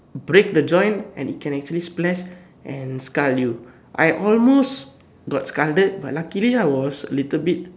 break the joint and it can actually splash and scar you I almost got scarred but luckily I was a little bit